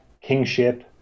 kingship